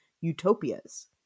utopias